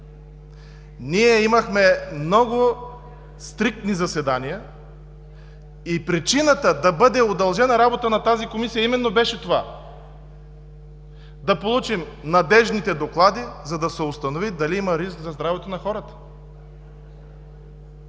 Ние имахме много стриктни заседания и причината да бъде удължена работата на Комисията беше именно това – да получим надеждните доклади, за да се установи дали има риск за здравето на хората.